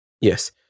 Yes